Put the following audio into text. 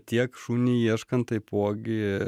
tiek šunį ieškant taipogi